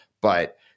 but-